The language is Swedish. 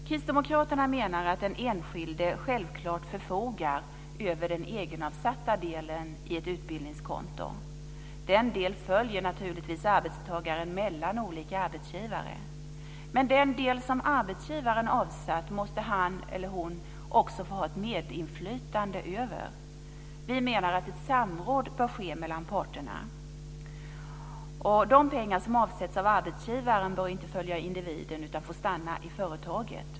Kristdemokraterna menar att den enskilde självklart förfogar över den egenavsatta delen i ett utbildningskonto. Den delen följer naturligtvis arbetstagaren mellan olika arbetsgivare. Men den del som arbetsgivaren avsatt måste han eller hon också få ha ett medinflytande över. Vi menar att ett samråd bör ske mellan parterna. De pengar som avsätts av arbetsgivaren bör inte följa individen utan få stanna i företaget.